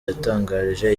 yatangarije